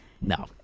No